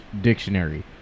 Dictionary